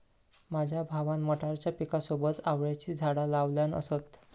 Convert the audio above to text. माझ्या भावान मटारच्या पिकासोबत आवळ्याची झाडा लावल्यान असत